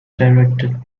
directed